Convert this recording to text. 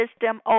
system